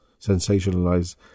sensationalize